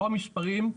לא המספרים,